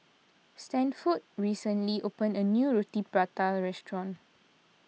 Stanford recently opened a new Roti Prata restaurant